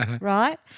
right